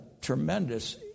tremendous